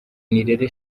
nirere